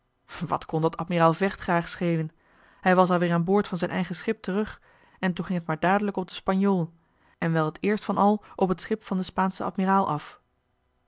wat kon dat admiraal vechtgraag schelen hij was al weer aan boord van zijn eigen schip terug en toen ging het maar dadelijk op den joh h been paddeltje de scheepsjongen van michiel de ruijter spanjool en wel t eerst van al op het schip van den spaanschen admiraal af